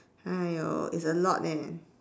!aiyo! it's a lot eh